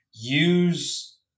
Use